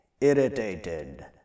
irritated